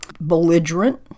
belligerent